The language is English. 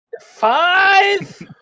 Five